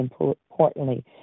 importantly